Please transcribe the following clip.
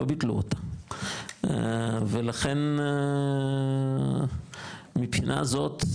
לא ביטלו אותה ולכן מבחינה הזאת,